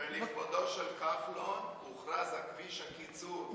ולכבודו של כחלון הוכרז כביש הקיצור,